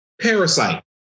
Parasite